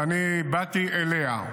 ואני באתי אליה,